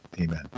Amen